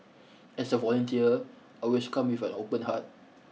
as a volunteer I always come with an open heart